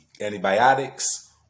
antibiotics